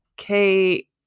okay